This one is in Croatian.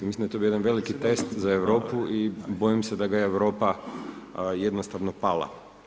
Mislim da je to bio jedan veliki test za Europu i bojim se da ga je Europa jednostavno pala.